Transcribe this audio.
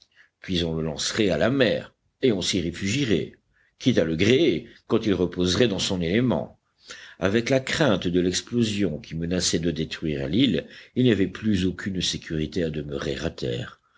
puis on le lancerait à la mer et on s'y réfugierait quitte à le gréer quand il reposerait dans son élément avec la crainte de l'explosion qui menaçait de détruire l'île il n'y avait plus aucune sécurité à demeurer à terre